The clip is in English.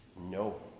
No